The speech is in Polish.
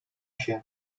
się